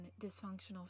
dysfunctional